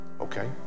okay